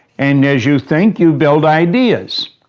and as you think, you build ideas.